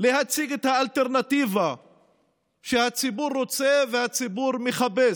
להציג את האלטרנטיבה שהציבור רוצה והציבור מחפש.